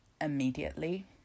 immediately